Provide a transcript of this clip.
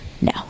No